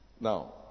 Now